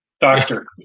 Doctor